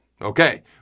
Okay